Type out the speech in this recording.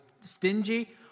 stingy